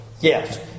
Yes